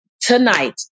tonight